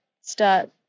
start